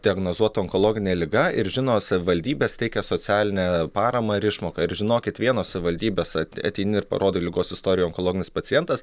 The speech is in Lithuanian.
diagnozuota onkologinė liga ir žino savivaldybės teikia socialinę paramą ir išmoką ir žinokit vienos savivaldybės at ateini ir parodai ligos istoriją onkologinis pacientas